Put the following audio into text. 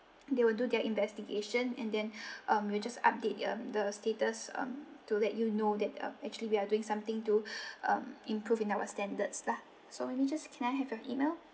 they will do their investigation and then um we'll just update um the status um to let you know that uh actually we are doing something to um improve in our standards lah so maybe just can I have your email